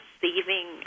saving